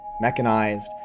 mechanized